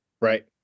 Right